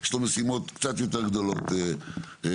יש לו משימות קצת יותר גדולות וחשובות.